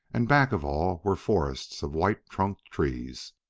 and back of all were forests of white-trunked trees.